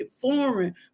foreign